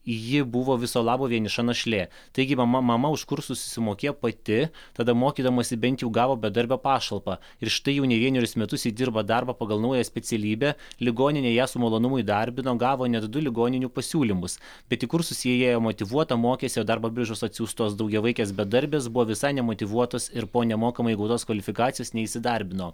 ji buvo viso labo vieniša našlė taigi mama mama už kursus susimokėjo pati tada mokydamasi bent jau gavo bedarbio pašalpą ir štai jau ne vienerius metus ji dirba darbą pagal naują specialybę ligoninėje ją su malonumu įdarbino gavo net du ligoninių pasiūlymus bet į kursus ji ėjo motyvuota mokėsi o darbo biržos atsiųstos daugiavaikės bedarbės buvo visai nemotyvuotos ir po nemokamai gautos kvalifikacijos neįsidarbino